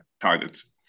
targets